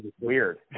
weird